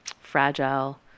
fragile